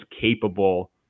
capable